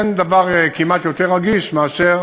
אין כמעט דבר יותר רגיש מאשר